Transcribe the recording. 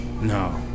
No